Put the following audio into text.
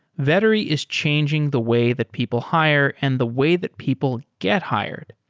vettery is changing the way that people hire and the way that people get hired.